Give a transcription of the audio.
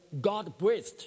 God-breathed